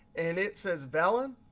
and it says bellen,